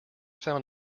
found